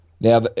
Now